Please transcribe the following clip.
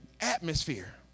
atmosphere